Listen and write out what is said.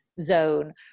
zone